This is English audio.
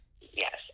Yes